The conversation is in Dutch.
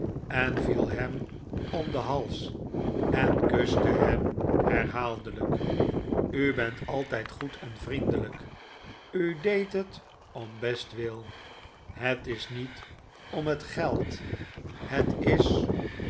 en viel hem om den hals en kuste hem herhaaldelijk u bent altijd goed en vriendelijk u deed het om bestwil het is niet om het geld het is